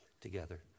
together